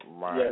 Yes